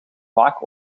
vaak